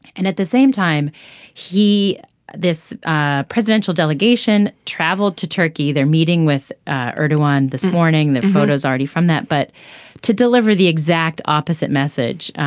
and at the same time he this ah presidential delegation traveled to turkey. they're meeting with ah urdu on this morning their photos already from that but to deliver the exact opposite message.